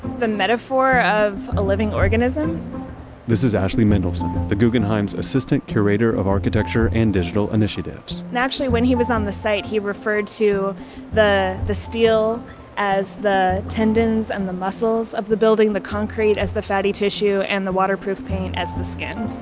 the metaphor of a living organism this is ashley mendelson, the guggenheim's assistant curator of architecture and digital initiatives and actually, when he was on the site, he referred to the the steel as the tendons and the muscles of the building, the concrete as the fatty tissue and the waterproof paint as the skin